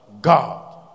god